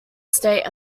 state